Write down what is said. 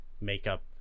makeup